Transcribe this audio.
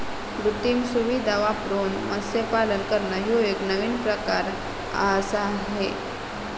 कृत्रिम सुविधां वापरून मत्स्यपालन करना ह्यो एक नवीन प्रकार आआसा हे